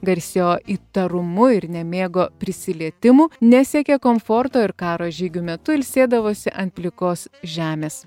garsėjo įtarumu ir nemėgo prisilietimų nesiekė komforto ir karo žygių metu ilsėdavosi ant plikos žemės